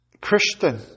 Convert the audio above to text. Christian